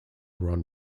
ron